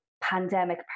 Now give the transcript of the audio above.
pandemic